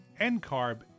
NCARB